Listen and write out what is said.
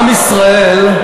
עם ישראל,